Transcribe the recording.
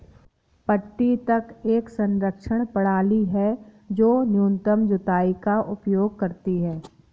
पट्टी तक एक संरक्षण प्रणाली है जो न्यूनतम जुताई का उपयोग करती है